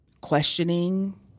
questioning